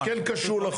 לכן זה כן קשור לחוק.